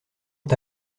ont